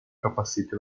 capacete